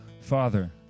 Father